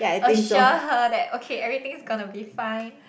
assure her that okay everything's gonna be fine